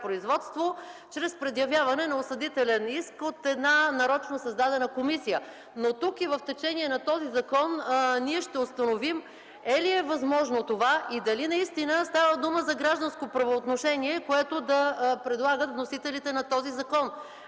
производство чрез предявяване на осъдителен иск от една нарочно създадена комисия. Тук и в течение на този закон ние ще установим е ли е възможно това и дали наистина става дума за гражданско правоотношение, което да предлагат вносителите на този закон.